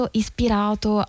ispirato